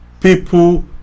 people